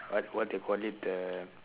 what what they called it the